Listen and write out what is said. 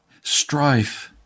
strife